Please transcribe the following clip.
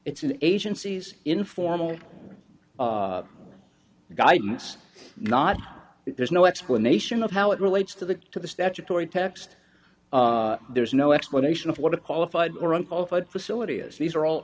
it's an agency's informal guidance not that there's no explanation of how it relates to the to the statutory text there's no explanation of what a qualified or unqualified facility is these are all